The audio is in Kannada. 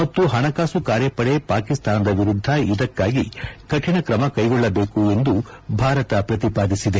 ಮತ್ತು ಪಣಕಾಸು ಕಾರ್ಯಪಡೆ ಪಾಕಿಸ್ತಾನದ ವಿರುದ್ಧ ಇದಕ್ಕಾಗಿ ಕರಿಣ ತ್ರಮ ಕೈಗೊಳಬೇಕು ಎಂದು ಭಾರತ ಪ್ರತಿಪಾದಿಸಿದೆ